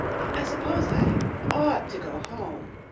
i suppose i ought to go home.